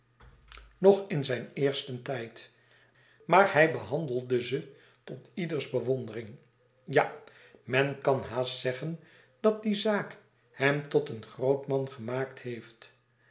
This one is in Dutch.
en eersten tijd maar hij behandelde ze tot ieders bewondering ja men kan haast zeggen dat die zaak hem tot een groot man gemaakt heeft